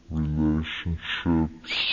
relationships